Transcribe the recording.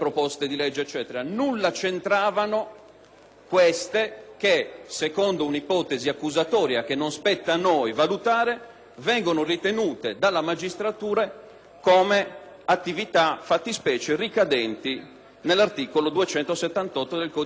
queste che, secondo un'ipotesi accusatoria che non spetta a noi valutare, vengono ritenute dalla magistratura come fattispecie ricadenti nell'articolo 278 del codice penale. Quindi, a noi